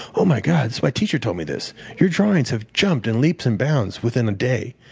oh, my god, my teacher told me this. your drawings have jumped in leaps and bounds within a day.